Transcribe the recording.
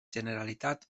generalitat